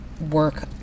work